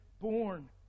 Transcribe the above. born